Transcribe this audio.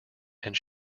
and